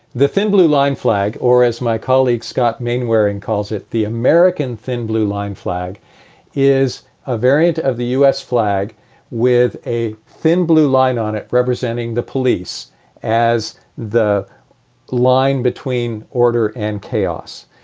the thin blue line flag, or as my colleague scott mainwaring calls it, the american thin blue line flag is a variant of the us flag with a thin blue line on it, representing the police as the line between order and chaos.